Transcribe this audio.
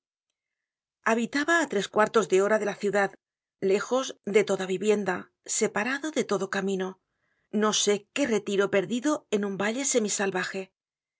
habitaba á tres cuartos de hora de la ciudad lejos de toda vivienda separado de todo camino no sé qué retiro perdido en un valle semisalvaje